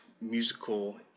musical